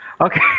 okay